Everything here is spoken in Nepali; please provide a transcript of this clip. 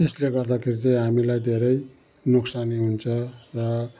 त्यसले गर्दाखेरि चाहिँ हामीलाई धेरै नोकसानी हुन्छ र